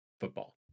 football